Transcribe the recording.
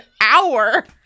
hour